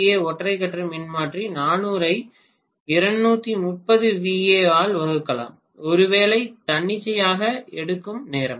ஏ ஒற்றை கட்ட மின்மாற்றி 400 ஐ 230 வி ஆல் வகுக்கலாம் ஒருவேளை தன்னிச்சையாக எடுக்கும் நேரம்